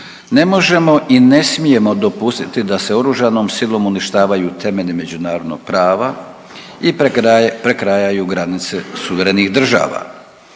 ne možemo i ne smijemo dopustiti da se oružanom silom uništavaju temelji međunarodnog prava i prekrajaju granice suverenih država.